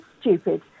stupid